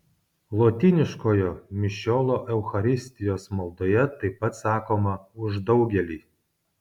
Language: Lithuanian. lotyniškojo mišiolo eucharistijos maldoje taip pat sakoma už daugelį